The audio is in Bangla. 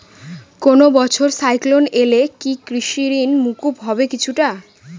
কোনো বছর সাইক্লোন এলে কি কৃষি ঋণ মকুব হবে কিছুটা?